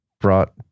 brought